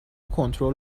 کنترل